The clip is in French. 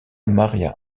maria